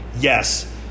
Yes